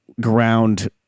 ground